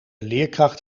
leerkracht